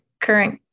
current